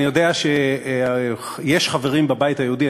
אני יודע שיש חברים בבית היהודי,